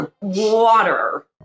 water